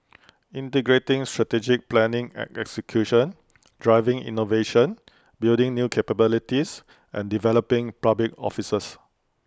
integrating strategic planning and execution driving innovation building new capabilities and developing public officers